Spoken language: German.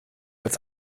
als